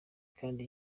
kandi